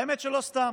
האמת שלא סתם,